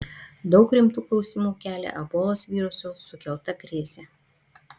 daug rimtų klausimų kelia ebolos viruso sukelta krizė